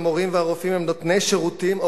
המורים והרופאים הם נותני שירותים או